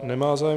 Nemá zájem.